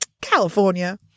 California